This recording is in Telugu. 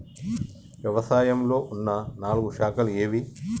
వ్యవసాయంలో ఉన్న నాలుగు శాఖలు ఏవి?